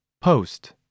post